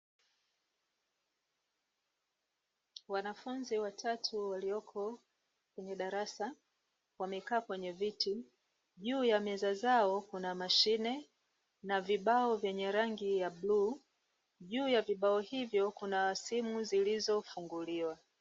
Wanafunzi watatu walioko kwenye darasa, wamekaa kwenye viti, juu ya meza zao kuna mashine na vibao vyenye rangi ya bluu, juu ya vibao hivyo kuna simu zilizofunguliwa.